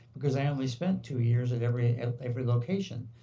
because i only spent two years at every and every location.